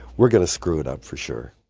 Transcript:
we are going to screw it up for sure.